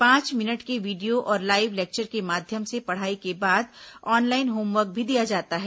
पांच मिनट के वीडियो और लाईव लेक्चर के माध्यम से पढ़ाई के बाद ऑनलाईन होमवर्क भी दिया जाता है